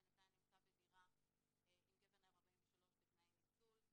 בינתיים נמצא בדירה עם גבר בן 43 בתנאי ניצול.